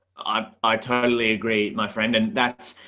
ah um i totally agree my friend. and that's,